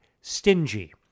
Stingy